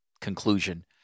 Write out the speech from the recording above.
conclusion